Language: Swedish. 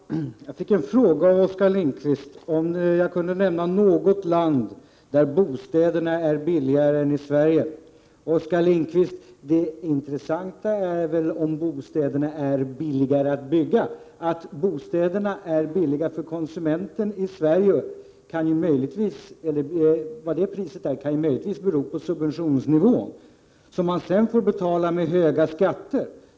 Herr talman! Jag fick en fråga av Oskar Lindkvist om jag kunde nämna något land där bostäderna är billigare än i Sverige. Det intressanta är väl, Oskar Lindkvist, om bostäderna är billigare att bygga. Det pris som konsumenterna får betala för bostäderna i Sverige kan möjligtvis bero på subventionsnivån. Subventionerna får man sedan betala genom höga skatter.